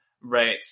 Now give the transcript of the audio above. right